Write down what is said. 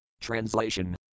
Translation